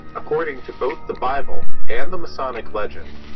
according to both the bible, and the masonic legend,